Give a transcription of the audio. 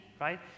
Right